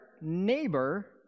neighbor